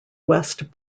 west